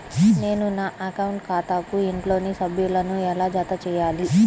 నేను నా అకౌంట్ ఖాతాకు ఇంట్లోని సభ్యులను ఎలా జతచేయాలి?